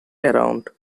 around